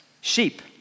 sheep